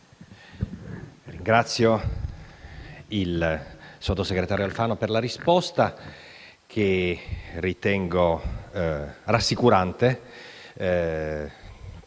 ringrazio il sottosegretario Alfano per la risposta, che ritengo rassicurante.